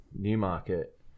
Newmarket